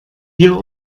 hier